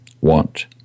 want